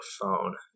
phone